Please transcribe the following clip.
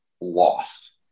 lost